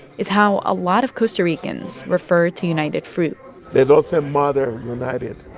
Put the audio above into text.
is how a lot of costa ricans refer to united fruit they don't say mother united.